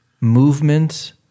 movement